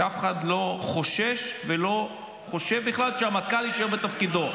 ואף אחד לא חושש ולא חושב בכלל שהרמטכ"ל יישאר בתפקידו.